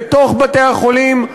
בתוך בתי-החולים.